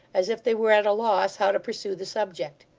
as if they were at a loss how to pursue the subject.